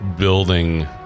building